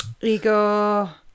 Igor